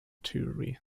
theory